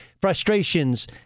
frustrations